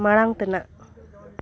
ᱢᱟᱲᱟᱝ ᱛᱮᱱᱟᱜ